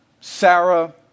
Sarah